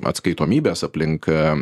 atskaitomybės aplinka